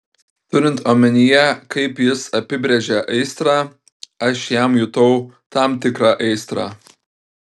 turint omenyje kaip jis apibrėžia aistrą aš jam jutau tam tikrą aistrą